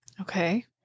Okay